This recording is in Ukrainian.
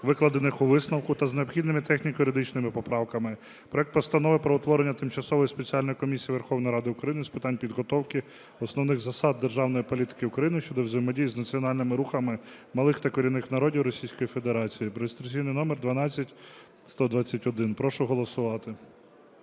викладених у висновку, та з необхідними техніко-юридичними поправками проект Постанови про утворення Тимчасової спеціальної комісії Верховної Ради України з питань підготовки основних засад державної політики України щодо взаємодії з національними рухами малих та корінних народів Російської Федерації (реєстраційний